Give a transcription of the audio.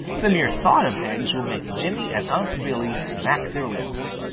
the mere thought of eggs will make jimmy and unc' billy smack their lips.